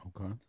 Okay